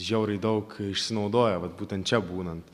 žiauriai daug išsinaudoja vat būtent čia būnant